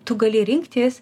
tu gali rinktis